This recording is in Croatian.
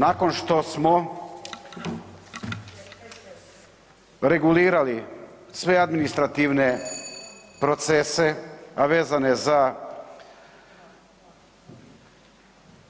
Nakon što smo regulirali sve administrativne procese a vezane za